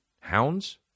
hounds